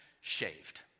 shaved